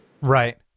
Right